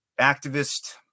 activist